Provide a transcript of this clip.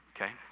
okay